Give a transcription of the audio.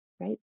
right